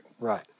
Right